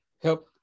help